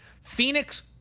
Phoenix